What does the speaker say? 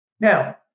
Now